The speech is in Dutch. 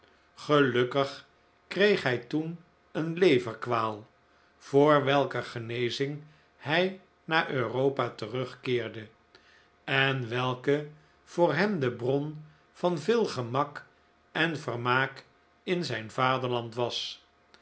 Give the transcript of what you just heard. gelukkig kreeg hij toen een leverkwaal voor welker genezing hij naar europa terugkeerde en welke voor hem de bron van veel gemak en vermaak in zijn vaderland was